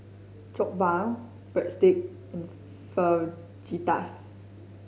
Jokbal Breadsticks and Fajitas